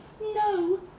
No